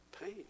pain